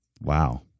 Wow